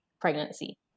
pregnancy